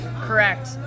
Correct